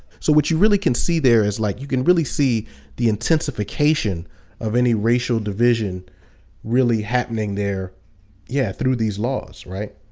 so, what you really can see there is like, you can really see the intensification of any racia l division really happening there yeah through these laws. r